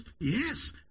Yes